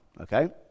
Okay